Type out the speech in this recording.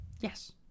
Yes